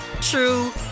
true